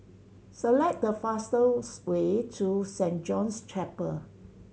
select the fastest way to Saint John's Chapel